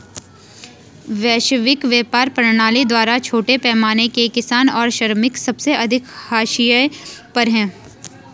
वैश्विक व्यापार प्रणाली द्वारा छोटे पैमाने के किसान और श्रमिक सबसे अधिक हाशिए पर हैं